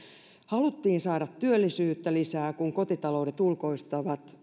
haluttiin saada työllisyyttä lisää kun kotitaloudet ulkoistavat